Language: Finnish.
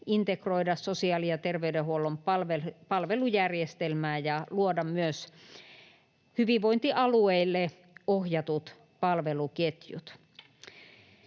integroida sosiaali- ja terveydenhuollon palvelujärjestelmään ja luoda myös hyvinvointialueille ohjatut palveluketjut.